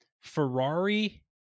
Ferrari